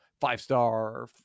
five-star